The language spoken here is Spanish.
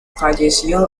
falleció